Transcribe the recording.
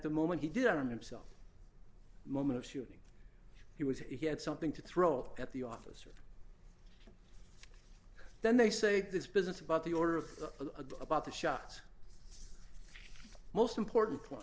the moment he did arm him self moment of shooting he was he had something to throw at the officer then they say this business about the order of about the shots most important